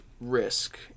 risk